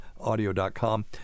audio.com